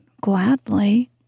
gladly